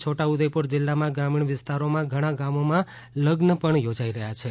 આજે છોટા ઉદેપુર જિલ્લામાં ગ્રામીણ વિસ્તારોમાં ઘણા ગામોમાં લગ્ન પણ યોજાઇ રહ્યાં છે